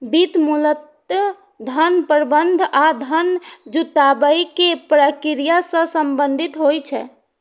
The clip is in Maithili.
वित्त मूलतः धन प्रबंधन आ धन जुटाबै के प्रक्रिया सं संबंधित होइ छै